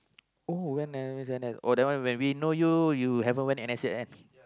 oh when the the the that one when we know you you haven't went N_S yet kan